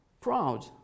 proud